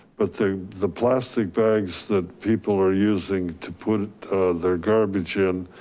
but the the plastic bags that people are using to put their garbage in,